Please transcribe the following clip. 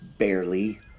Barely